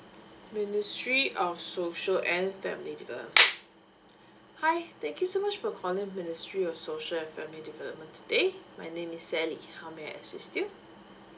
ministry of social and family development hi thank you so much for calling ministry of social and family development today my name is sally how may I assist you